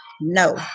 No